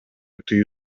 тыюу